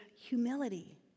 humility